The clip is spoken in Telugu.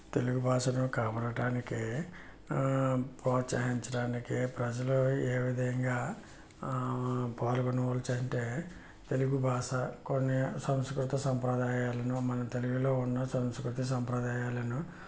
తెలుగు భాషను కాపాడటానికి ప్రోత్సహించడానికి ప్రజలు ఏ విధంగా పాల్గొనవచ్చు అంటే తెలుగు భాష కొన్ని సంస్కృతి సంప్రదాయాలను మన తెలుగులో ఉన్న సంస్కృతి సంప్రదాయాలను